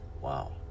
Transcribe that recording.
wow